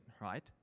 right